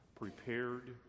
prepared